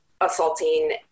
assaulting